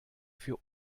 für